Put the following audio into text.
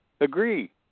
agree